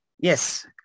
Yes